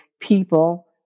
people